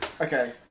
Okay